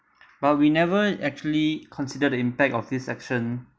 but we never actually consider the impact of this action